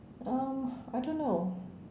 um I don't know